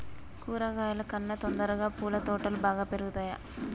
కూరగాయల కన్నా తొందరగా పూల తోటలు బాగా పెరుగుతయా?